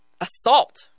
assault